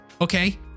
okay